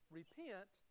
repent